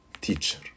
teacher